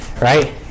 Right